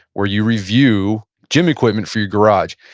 where you review gym equipment for your garage.